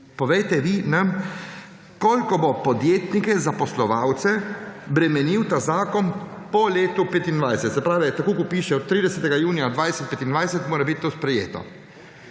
Povejte vi nam koliko bo podjetnike, zaposlovalce, bremenil ta zakon po letu 2025, se pravi, tako kot piše, od 30, junija, 2025 mora biti to sprejeto.